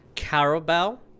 Carabao